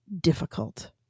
difficult